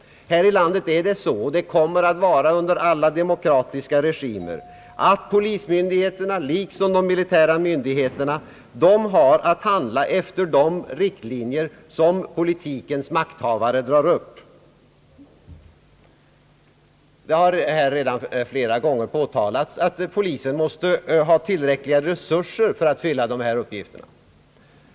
Här i landet har polismyndigheterna liksom de militära myndigheterna att handla efter de riktlinjer som politikens makthavare drar upp. Det har här redan flera gånger påtalats att polisen måste ha tillräckliga resurser för att fylla dessa uppgifter.